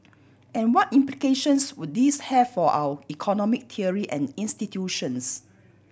and what implications would this have for our economic theory and institutions